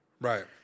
Right